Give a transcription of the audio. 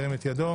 ירים את ידו.